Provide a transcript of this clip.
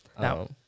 Now